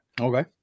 okay